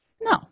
No